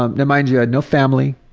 and mind you, i had no family.